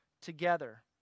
together